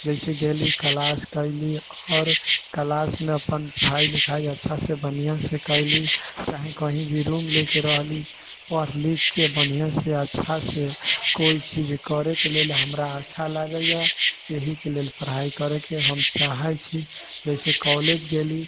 जैसे गेली क्लास कयली आओर क्लासमे अपन पढ़ाइ लिखाइ अच्छासँ बढ़िआँसँ कयली चाहे कहीँ भी रूम लेके रहली पढ़ लिखके बढ़िआँसँ अच्छासँ कोइ चीज करैके लेल हमरा अच्छा लागैए यहीके लेल पढ़ाइ करैके हम चाहे छी जैसे कॉलेज गेली